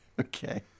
Okay